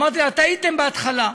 אמרתי לה: טעיתם בהתחלה,